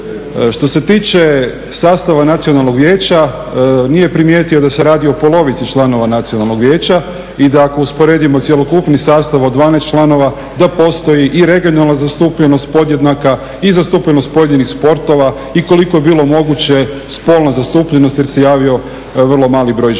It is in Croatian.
Što se tiče sastava nacionalnog vijeća nije primijetio da se radi o polovici članova nacionalnog vijeća i da ako usporedimo cjelokupni sastav od 12 članova da postoji i regionalna zastupljenost podjednaka i zastupljenost pojedinih sportova i koliko je bilo moguće spolna zastupljenost jer se javio vrlo mali broj žena.